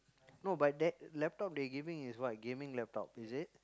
no but that laptop they giving is what gaming laptop is it